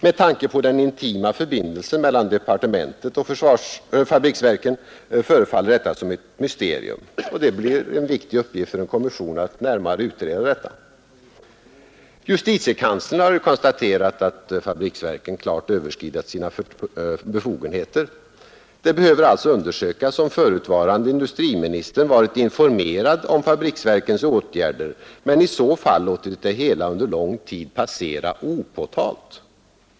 Med tanke på den intima förbindelsen mellan departementet och förenade fabriksverken förefaller detta som ett mysterium. Det blir en viktig uppgift för en kommission att närmare utreda detta. JK har ”konstaterat att FFV klart överskridit sina befogenheter”. Det behövde undersökas om förutvarande industriministern varit informerad om fabriksverkens låneverksamhet men i så fall låtit det hela under lång tid passera opåtalt.